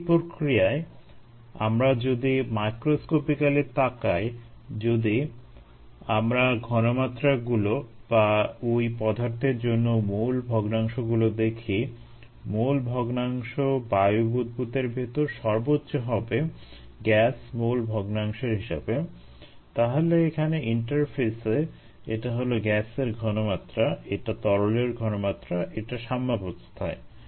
এই প্রক্রিয়ায় আমরা যদি মাইক্রোস্কোপিকালি তাকাই এবং যদি আমরা ঘনমাত্রাগুলো বা ওই পদার্থের জন্য মোল ভগ্নাংশগুলো দেখি মোল ভগ্নাংশ বায়ু বুদবুদের ভেতর সর্বোচ্চ হবে গ্যাস মোল ভগ্নাংশের হিসাবে তাহলে এখানে ইন্টারফেসে এটা হলো গ্যাসের ঘনমাত্রা এটা তরলের ঘনমাত্রা এটা সাম্যাবস্থায়